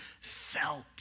felt